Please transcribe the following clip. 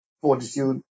fortitude